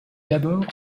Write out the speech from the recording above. d’abord